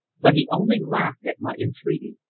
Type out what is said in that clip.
but he only laughed at my entreaty.